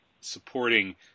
supporting